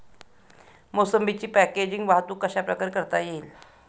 मोसंबीची पॅकेजिंग वाहतूक कशाप्रकारे करता येईल?